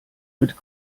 mit